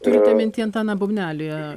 turite minty antaną bubnelį